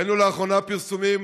ראינו לאחרונה פרסומים